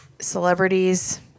Celebrities